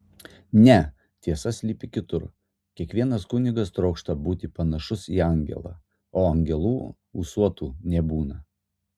ne tiesa slypi kitur kiekvienas kunigas trokšta būti panašus į angelą o angelų ūsuotų nebūna